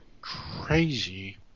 crazy